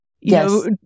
Yes